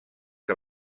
que